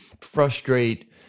frustrate